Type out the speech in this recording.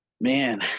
man